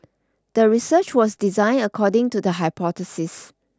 the research was designed according to the hypothesis